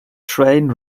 train